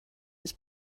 his